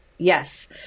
yes